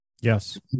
Yes